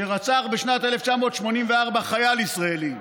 שרצח בשנת 1984 חייל ישראלי,